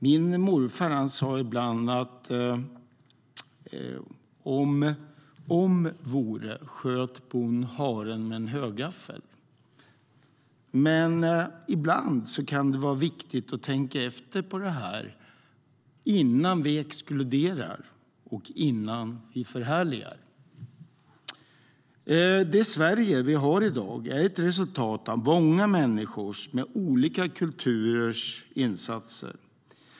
Min morfar sa ibland: Om om vore sköt bonn haren med en högaffel. Men ibland kan det vara viktigt att tänka efter innan vi exkluderar och förhärligar. Det Sverige vi har i dag är ett resultat av insatser från många människor med olika kulturer.